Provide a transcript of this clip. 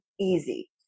easy